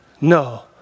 no